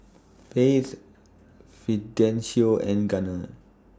Faith Fidencio and Gunner